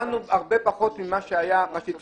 קיבלנו הרבה פחות ממה שהציעו.